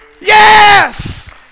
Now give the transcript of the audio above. yes